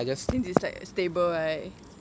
since it's like stable right